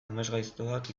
amesgaiztoak